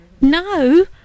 no